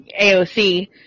AOC